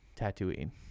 Tatooine